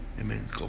Amen